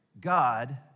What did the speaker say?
God